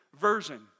version